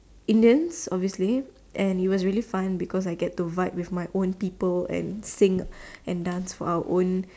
Indians obviously and it was really fun because I get to vibe with my own people and sing and dance